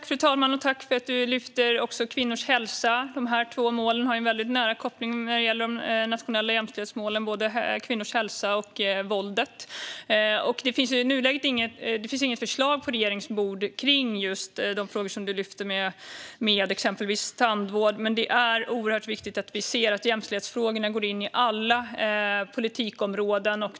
Fru talman! Tack för att du, Emma Hult, lyfter kvinnors hälsa! De här två målen har en nära koppling när det gäller de nationella jämställdhetsmålen. Det handlar alltså både om kvinnors hälsa och om våldet. Det finns i nuläget inget förslag på regeringens bord kring just de frågor du lyfter om exempelvis tandvård. Men det är oerhört viktigt att vi ser till att jämställdhetsfrågorna går in i alla politikområden.